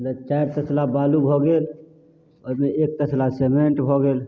मतलब चारि तसला बालू भऽ गेल ओहिमे एक तसला सिमेन्ट भऽ गेल